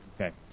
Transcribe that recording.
Okay